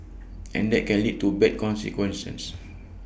and that can lead to bad consequences